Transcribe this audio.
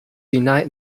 unite